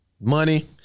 money